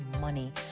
money